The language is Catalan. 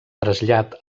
trasllat